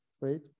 right